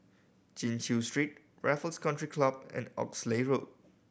Chin Chew Street Raffles Country Club and Oxley Road